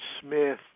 Smith